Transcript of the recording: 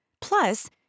Plus